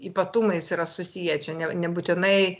ypatumais yra susiję čia ne nebūtinai